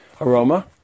aroma